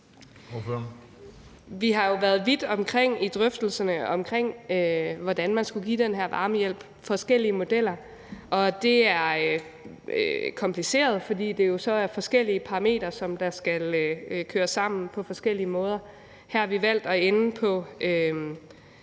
Vi har jo været vidt omkring i drøftelserne af, hvordan man skulle give den her varmehjælp – der har været forskellige modeller. Og det er kompliceret, fordi det jo så er forskellige parametre, der skal køres sammen på forskellige måder. Her har vi valgt at ende på